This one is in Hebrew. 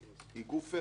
היא גוף חיצוני,